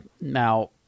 Now